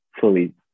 fully